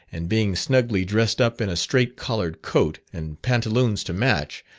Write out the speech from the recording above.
and being snugly dressed up in a straight collared coat, and pantaloons to match,